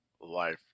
life